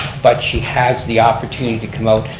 but she has the opportunity to come out.